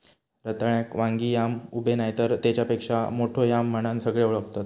रताळ्याक वांगी याम, उबे नायतर तेच्यापेक्षा मोठो याम म्हणान सगळे ओळखतत